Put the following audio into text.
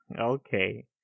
okay